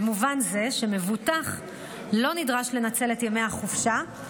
במובן זה שמבוטח לא נדרש לנצל את ימי החופשה,